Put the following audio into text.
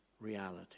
reality